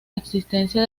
existencia